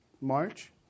March